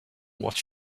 what